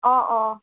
অঁ অঁ